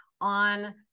on